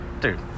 Dude